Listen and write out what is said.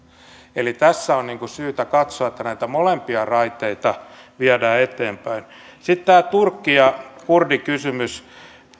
eli tässä on syytä katsoa että näitä molempia raiteita viedään eteenpäin sitten tämä turkki ja kurdikysymys